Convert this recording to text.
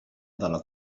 dalla